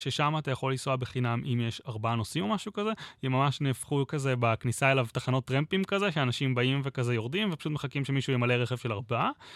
ששם אתה יכול לנסוע בחינם אם יש ארבעה נוסעים או משהו כזה, וממש נהפכו כזה בכניסה אליו תחנות טרמפים כזה שאנשים באים וכזה יורדים ופשוט מחכים שמישהו ימלא רכב של הרפאה